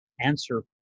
answer